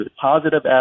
Positive